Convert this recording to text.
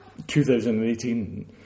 2018